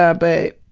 ah but,